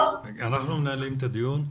אנחנו מנהלים את הדיון,